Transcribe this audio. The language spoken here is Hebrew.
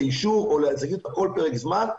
לאישור או להציג אותה כל פרק זמן,